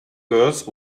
girls